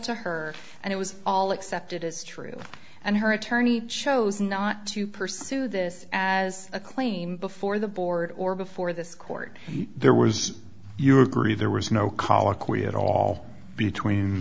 to her and it was all accepted as true and her attorney chose not to pursue this as a claim before the board or before this court there was you agree there was no colloquy at all between